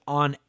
on